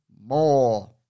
more